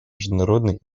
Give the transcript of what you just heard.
международной